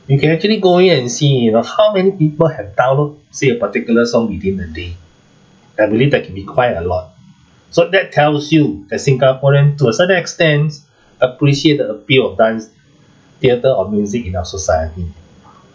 you can actually go in and see you know how many people have download say a particular song within a day I believe that can be quite a lot so that tells you that singaporean to a certain extent appreciate the appeal of dance theatre or music in our society